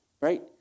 right